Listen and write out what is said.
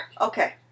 Okay